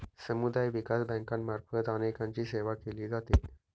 समुदाय विकास बँकांमार्फत अनेकांची सेवा केली जाते